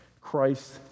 Christ